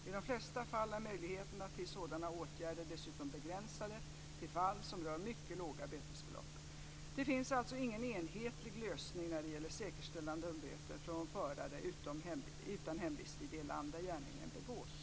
I de flesta fall är möjligheterna till sådana åtgärder dessutom begränsade till fall som rör mycket låga bötesbelopp. Det finns alltså ingen enhetlig lösning när det gäller säkerställande av böter från förare utan hemvist i det land där gärningen begås.